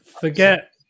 forget